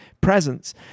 presence